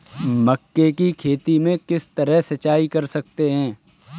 मक्के की खेती में किस तरह सिंचाई कर सकते हैं?